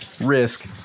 risk